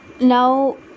Now